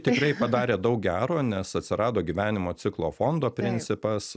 tikrai padarė daug gero nes atsirado gyvenimo ciklo fondo principas